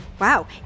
wow